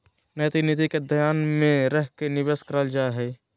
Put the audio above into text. नैतिक नीति के ध्यान में रख के निवेश करल जा हइ